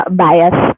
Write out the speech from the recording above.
bias